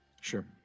sure